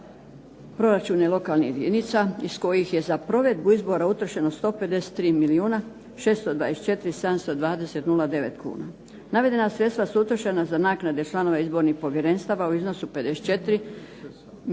proračune lokalnih jedinica iz kojih je za provedbu izbora utrošeno 153 milijuna 624 720 09 kuna. Navedena sredstva su utrošena za naknade članova izbornih povjerenstava u iznosu 54 milijuna